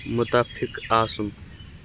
مُتفِق آسُن